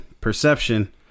perception